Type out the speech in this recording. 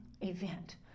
event